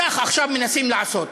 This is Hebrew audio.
כך עכשיו מנסים לעשות.